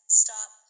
stop